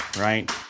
right